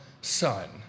son